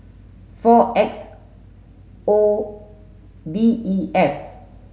four X O D E F